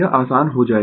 तब यह आसान हो जाएगा